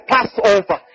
Passover